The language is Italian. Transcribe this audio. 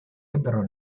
ebbero